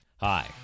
Hi